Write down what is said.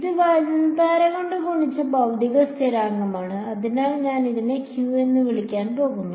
ഇത് വൈദ്യുതധാര കൊണ്ട് ഗുണിച്ച ഭൌതിക സ്ഥിരാങ്കമാണ് അതിനാൽ ഞാൻ ഇതിനെ Q എന്ന് വിളിക്കാൻ പോകുന്നു